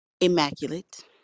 immaculate